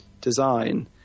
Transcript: design